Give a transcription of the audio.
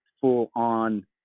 full-on